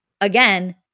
again